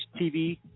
TV